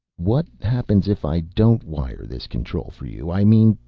what happens if i don't wire this control for you? i mean,